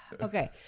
Okay